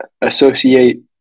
associate